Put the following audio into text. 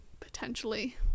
Potentially